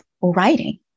writing